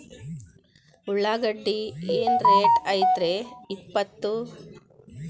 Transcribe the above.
ಉಳ್ಳಾಗಡ್ಡಿ ಏನ್ ರೇಟ್ ಐತ್ರೇ ಇಪ್ಪತ್ತು?